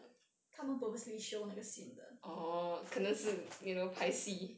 他们 purposely show 那个 scene 的